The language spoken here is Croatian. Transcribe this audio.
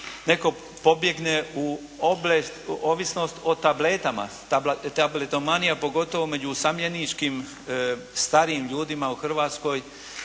netko pobjegne u ovisnost o tabletama, tabletomanija pogotovo među usamljeničkim starijim ljudima u Hrvatskoj,